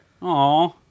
Aw